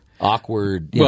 Awkward